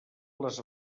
les